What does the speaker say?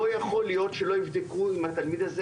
לא יכול להיות שלא יבדקו אם התלמיד הזה